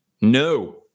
No